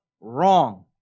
wrong